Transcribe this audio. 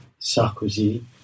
Sarkozy